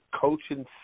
coaching